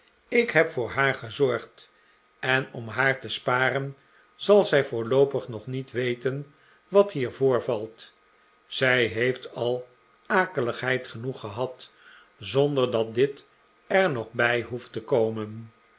ik heb voor haar gezorgd en om haar te sparen zal zij voorloopig nog niet weten wat hier voorvalt zij heeft al akeligheid genoeg gehad zonder dat dit er nog bij hoeft te komen